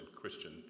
Christian